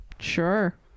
sure